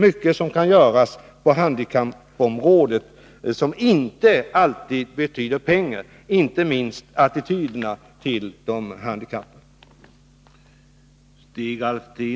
Mycket kan göras på handikappområdet som inte innebär kostnader, inte minst när det gäller förändringen av attityderna till de handikappade.